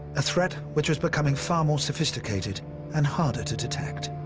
a threat which was becoming far more sophisticated and harder to detect.